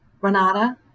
Renata